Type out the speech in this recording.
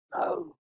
No